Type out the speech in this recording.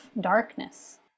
darkness